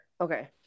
okay